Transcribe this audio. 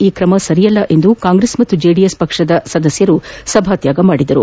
ಈ ತ್ರಮ ಸರಿಯಲ್ಲ ಎಂದು ಕಾಂಗ್ರೆಸ್ ಮತ್ತು ಜೆಡಿಎಸ್ ಪಕ್ಷದ ಸದಸ್ನರು ಸಭಾತ್ಯಾಗ ಮಾಡಿದರು